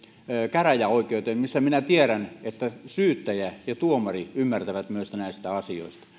käräjäoikeuteen missä tiedän että syyttäjä ja tuomari ymmärtävät näistä asioista